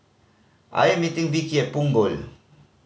I am meeting Vickie at Punggol